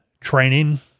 training